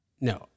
No